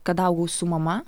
kad augau su mama